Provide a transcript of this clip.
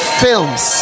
films